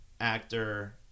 actor